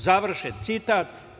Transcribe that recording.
Završen citat.